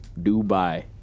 Dubai